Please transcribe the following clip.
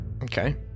okay